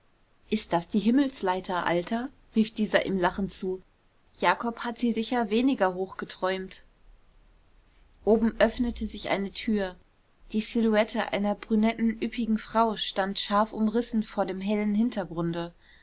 ist das die himmelsleiter alter rief dieser ihm lachend zu jakob hat sie sicher weniger hoch geträumt oben öffnete sich eine tür die silhouette einer brünetten üppigen frau stand scharf umrissen vor dem hellen hintergrunde